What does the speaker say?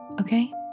okay